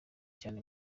cyane